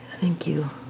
thank you,